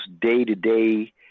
day-to-day